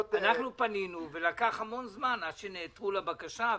--- אנחנו פנינו ולקח המון זמן עד שנעתרו לבקשה.